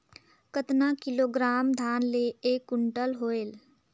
कतना किलोग्राम धान मे एक कुंटल होयल?